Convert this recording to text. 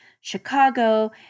Chicago